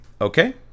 Okay